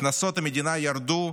הכנסות המדינה ירדו,